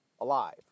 alive